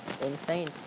insane